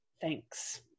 Thanks